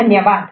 धन्यवाद